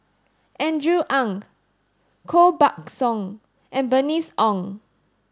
Andrew Ang Koh Buck Song and Bernice Ong